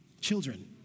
children